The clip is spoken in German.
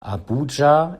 abuja